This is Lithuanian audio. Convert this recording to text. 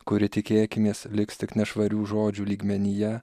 kuri tikėkimės liks tik nešvarių žodžių lygmenyje